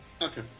Okay